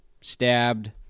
stabbed